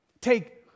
Take